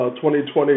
2020